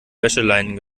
wäscheleinen